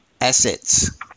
assets